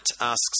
asks